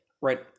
Right